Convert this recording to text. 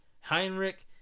Heinrich